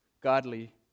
godly